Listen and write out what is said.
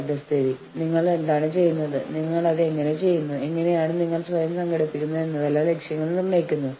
തുടർന്ന് ജീവനക്കാരൻ സംഘടനയിലെ യൂണിയൻ കാര്യസ്ഥനും അതോടൊപ്പം സൂപ്പർവൈസർക്കും രേഖാമൂലം പരാതി നൽകുന്നു